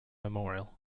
memorial